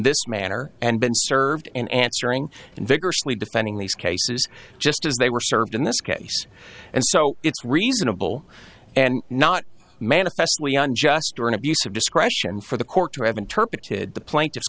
this manner and been served in answering vigorously defending these cases just as they were served in this case and so it's reasonable and not manifestly unjust during abuse of discretion for the court to have interpreted the pla